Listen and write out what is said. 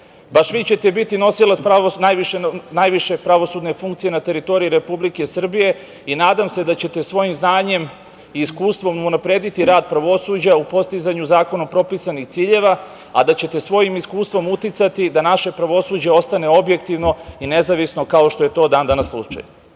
vi ćete biti nosilac najviše pravosudne funkcije na teritoriji Republike Srbije i nadam se da ćete svojim znanjem i iskustvom unaprediti rad pravosuđa u postizanju zakonom propisanih ciljeva, a da ćete svojim iskustvom uticati da naše pravosuđe ostane objektivno i nezavisno, kao što je to dan danas